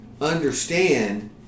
understand